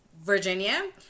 Virginia